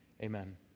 Amen